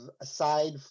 aside